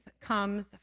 comes